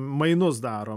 mainus daro